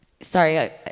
Sorry